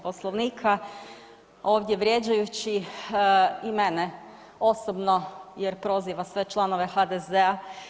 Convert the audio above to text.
Poslovnika, ovdje vrijeđajući i mene osobno jer proziva sve članove HDZ-a.